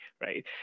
right